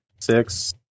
Six